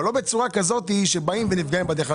אבל לא בצורה כזאת שבאים ואנשים נפגעים בדרך.